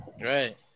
Right